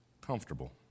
comfortable